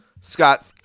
Scott